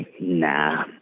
Nah